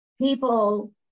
people